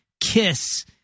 Kiss